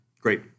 Great